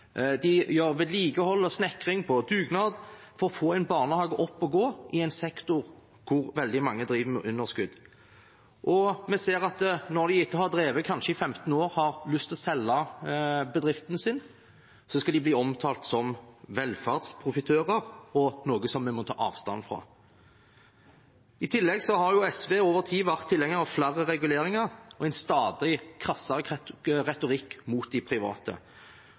De gjør vedlikehold og snekring på dugnad for å få en barnehage opp å gå i en sektor hvor veldig mange driver med underskudd. Vi ser at når de kanskje har drevet i 15 år, har lyst til å selge bedriften sin, blir de omtalt som velferdsprofitører og noe som vi må ta avstand fra. I tillegg har SV over tid vært tilhenger av flere reguleringer og en stadig krassere retorikk mot private.